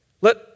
Let